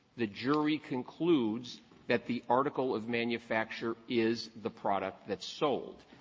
the jury concludes that the article of manufacture is the product that's sold.